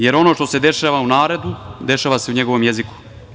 Jer, ono što se dešava u narodu, dešava se i u njegovom jeziku.